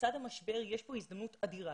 לצד המשבר יש פה הזדמנות אדירה,